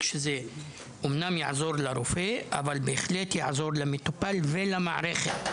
ויעזור למטופל ולמערכת,